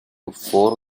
four